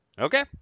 Okay